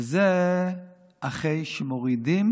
וזה אחרי שמורידים